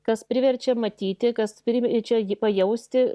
kas priverčia matyti kas priverčia jį pajausti